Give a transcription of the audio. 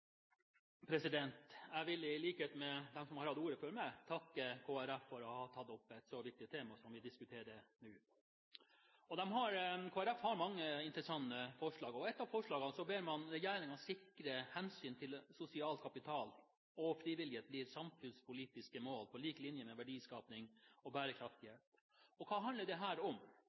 minimumstid. Jeg vil, i likhet med de som har hatt ordet før meg, takke Kristelig Folkeparti for å ha tatt opp et så viktig tema som det vi diskuterer nå. Kristelig Folkeparti har mange interessante forslag. I ett av forslagene ber man regjeringen sikre at hensyn til sosial kapital og frivillighet blir samfunnspolitiske mål på lik linje med verdiskaping og bærekraftighet. Hva handler dette om? Man kan ha mange ulike innfallsvinkler til det